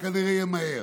וכנראה זה יהיה מהר?